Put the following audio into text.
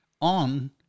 on